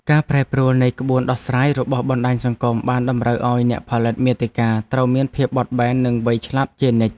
ការប្រែប្រួលនៃក្បួនដោះស្រាយរបស់បណ្តាញសង្គមបានតម្រូវឱ្យអ្នកផលិតមាតិកាត្រូវមានភាពបត់បែននិងវៃឆ្លាតជានិច្ច។